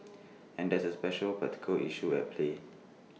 and there is special practical issue at play